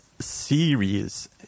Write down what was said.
series